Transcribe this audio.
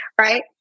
right